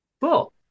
Cool